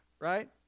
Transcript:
Right